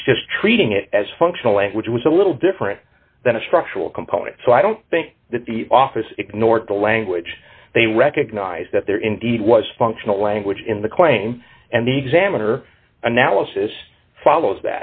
it's just treating it as functional language was a little different than a structural component so i don't think that the office ignored the language they recognize that there indeed was functional language in the claim and the examiner analysis follows